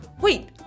wait